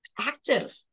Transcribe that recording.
active